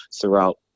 throughout